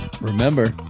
Remember